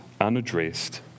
unaddressed